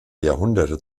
jahrhunderte